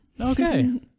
Okay